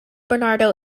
bernardo